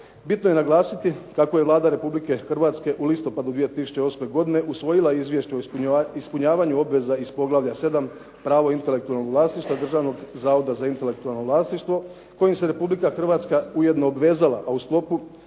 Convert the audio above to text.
Bitno je naglasiti kako je Vlada Republike Hrvatske u listopadu 2008. godine usvojila izvješće o ispunjavanju obveza iz poglavlja 7 – Pravo intelektualnog vlasništva Državnog zavoda za intelektualno vlasništvo kojim se Republika Hrvatska ujedno obvezala, a u skladu